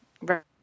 right